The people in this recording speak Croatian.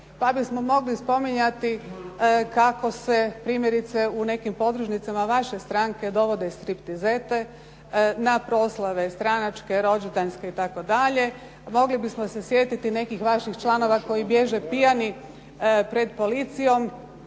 Pa bismo mogli spominjati kako se primjerice u nekim podružnicama vaše stranke dovode i striptizete, na poslove stranačke, rođendanske itd., mogli bismo se sjetiti nekih vaših članova koji bježe pijani pred policijom,